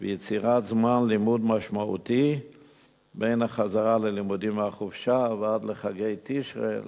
ויצירת זמן לימוד משמעותי בין החזרה ללימודים מהחופשה ועד לחגי תשרי,